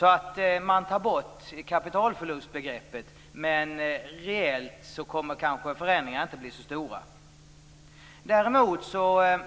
Man tar alltså bort kapitalförlustbegreppet, men reellt kommer kanske förändringarna inte att bli så stora. Däremot har